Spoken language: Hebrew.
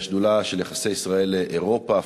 היא השדולה ליחסי ישראל אירופה,